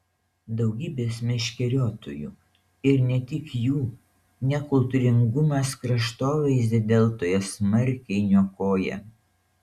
daugybės meškeriotojų ir ne tik jų nekultūringumas kraštovaizdį deltoje smarkiai niokoja